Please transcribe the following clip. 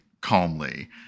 calmly